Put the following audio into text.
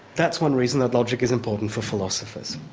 that's one reason that logic is important for philosophers.